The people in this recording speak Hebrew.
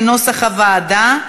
כנוסח הוועדה,